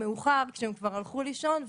מאוחר כשהם כבר הלכו לישון,